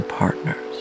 partners